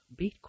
Bitcoin